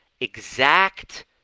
exact